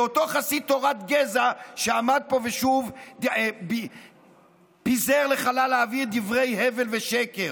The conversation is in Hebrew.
זה אותו חסיד תורת גזע שעמד פה ושוב פיזר לחלל האוויר דברי הבל ושקר.